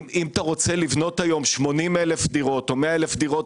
אם אתה רוצה לבנות היום 80,000 דירות או 100,000 דירות,